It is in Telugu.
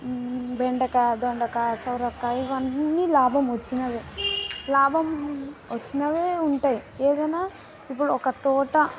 బెండకాయ దొండకాయ సోరకాయ ఇవన్నీ లాభం వచ్చినవే లాభం వచ్చినవే ఉంటయి ఏదైనా ఇప్పుడు ఒక తోట